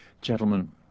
Gentlemen